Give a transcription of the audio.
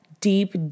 deep